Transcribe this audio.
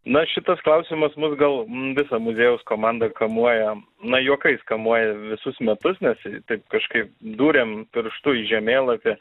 na šitas klausimas mus gal visą muziejaus komandą kamuoja na juokais kamuoja visus metus nes taip kažkaip dūrėm pirštu į žemėlapį